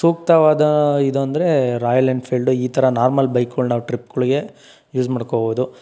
ಸೂಕ್ತವಾದ ಇದು ಅಂದರೆ ರಾಯಲ್ ಎನ್ಫೀಲ್ಡು ಈ ಥರ ನಾರ್ಮಲ್ ಬೈಕುಗಳು ನಾವು ಟ್ರಿಪ್ಗಳ್ಗೆ ಯೂಸ್ ಮಾಡ್ಕೊಬೋದು